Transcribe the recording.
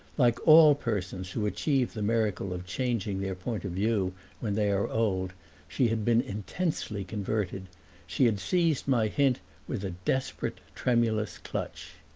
like all persons who achieve the miracle of changing their point of view when they are old she had been intensely converted she had seized my hint with a desperate, tremulous clutch.